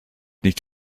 nicht